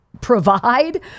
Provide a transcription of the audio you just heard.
provide